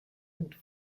und